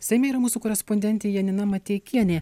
seime yra mūsų korespondentė janina mateikienė